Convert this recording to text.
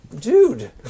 dude